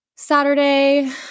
Saturday